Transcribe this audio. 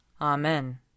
Amen